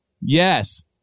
yes